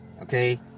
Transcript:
Okay